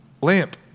Lamp